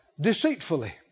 deceitfully